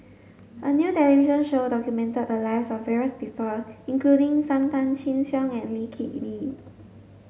a new television show documented the lives of various people including Sam Tan Chin Siong and Lee Kip Lee